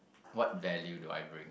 what value do I bring